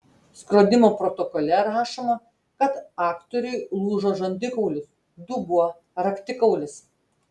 skrodimo protokole rašoma kad aktoriui lūžo žandikaulis dubuo raktikaulis